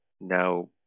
now